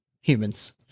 humans